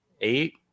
eight